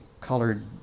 colored